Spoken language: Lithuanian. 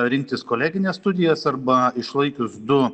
rinktis kolegines studijas arba išlaikius du